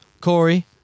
Corey